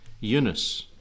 Eunice